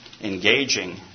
engaging